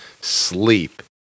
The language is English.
sleep